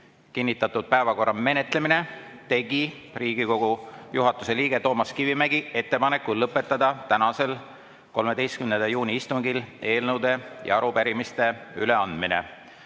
kinnitatud päevakorra menetlemine, tegi Riigikogu juhatuse liige Toomas Kivimägi ettepaneku lõpetada tänasel, 13. juuni istungil eelnõude ja arupärimiste üleandmine.